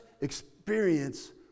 experience